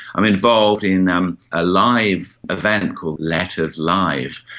i'm involved in um a live event called letters live,